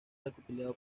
recopilado